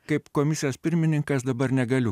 kaip komisijos pirmininkas dabar negaliu